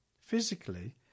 Physically